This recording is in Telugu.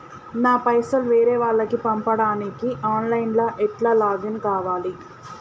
నా పైసల్ వేరే వాళ్లకి పంపడానికి ఆన్ లైన్ లా ఎట్ల లాగిన్ కావాలి?